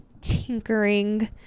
tinkering